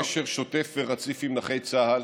אנחנו נמצאים בקשר שוטף ורציף עם נכי צה"ל.